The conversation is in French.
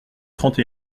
trente